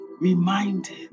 reminded